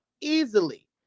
easily